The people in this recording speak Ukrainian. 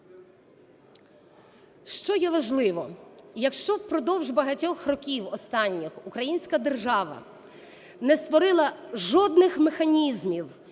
Що є важливо? Якщо впродовж багатьох років останніх українська держава не створила жодних механізмів